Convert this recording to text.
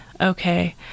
okay